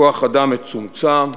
כוח-אדם מצומצם,